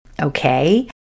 okay